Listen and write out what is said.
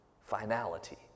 finality